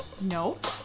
Nope